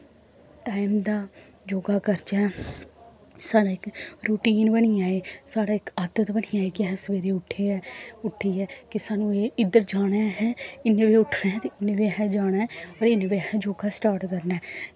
time दा योग करचै साढ़ै इक रुटीन बनी जाए साढ़ै इक आदत बनी जाए कि अस सवेरै उट्ठियै उट्ठियै कि सानूं इद्धर जाना ऐ इन्ने बज़े उट्ठना ऐ ते इन्ने बज़े असें जाना ऐ इन्ने बज़े असें योग स्टार्ट करना ऐ